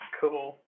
cool